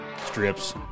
strips